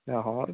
ଏ ହଁ